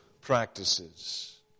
practices